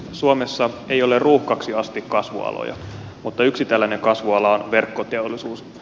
suomessa ei ole ruuhkaksi asti kasvualoja mutta yksi tällainen kasvuala on verkkoteollisuus